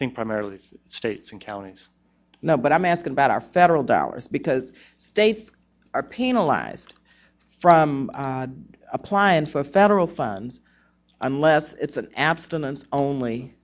think primarily states and counties now but i'm asking about our federal dollars because states are penalized for applying for federal funds unless it's an abstinence only